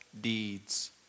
deeds